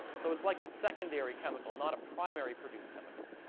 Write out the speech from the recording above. so it's like a secondary chemical, not a primary produced chemical.